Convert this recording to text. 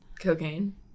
Cocaine